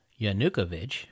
Yanukovych